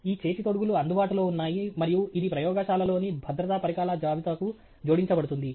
ఈ చేతి తొడుగులు అందుబాటులో ఉన్నాయి మరియు ఇది ప్రయోగశాలలోని భద్రతా పరికరాల జాబితాకు జోదించబడుతుంది